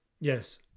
yes